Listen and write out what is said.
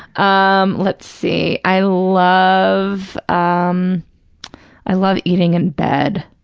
um let's see. i love um i love eating in bed.